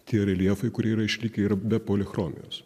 tie reljefai kurie yra išlikę yra be polichromijos